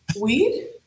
weed